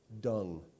Dung